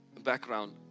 background